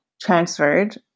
transferred